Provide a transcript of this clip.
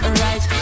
right